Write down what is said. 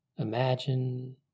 Imagine